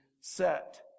set